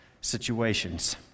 situations